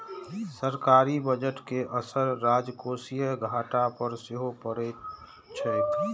सरकारी बजट के असर राजकोषीय घाटा पर सेहो पड़ैत छैक